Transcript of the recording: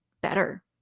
better